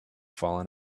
fallen